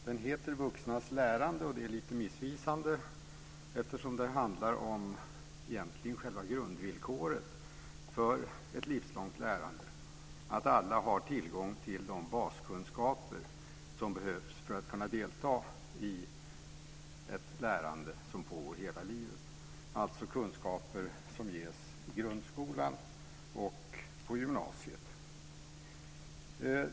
Den heter vuxnas lärande, och det är lite missvisande, eftersom den egentligen handlar om själva grundvillkoret för ett livslångt lärande, att alla har tillgång till de baskunskaper som behövs för att man ska kunna delta i ett lärande som pågår hela livet, alltså kunskaper som ges i grundskolan och på gymnasiet.